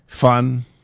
fun